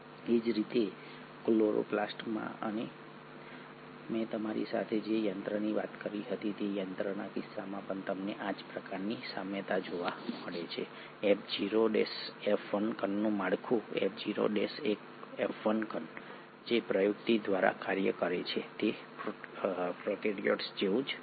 એ જ રીતે ક્લોરોપ્લાસ્ટ અને મેં તમારી સાથે જે યંત્રની વાત કરી હતી તે યંત્રના કિસ્સામાં પણ તમને આ જ પ્રકારની સામ્યતા જોવા મળે છે F0 F1 કણનું માળખું F0 F1 કણ જે પ્રયુક્તિ દ્વારા કાર્ય કરે છે તે પ્રોકેરીયોટ્સ જેવું જ રહ્યું છે